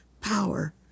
power